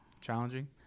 challenging